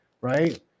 right